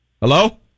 Hello